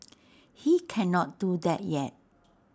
he cannot do that yet